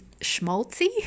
schmaltzy